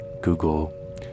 Google